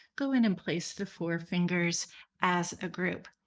go in and place the four fingers as a group.